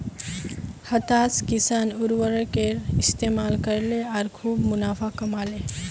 हताश किसान उर्वरकेर इस्तमाल करले आर खूब मुनाफ़ा कमा ले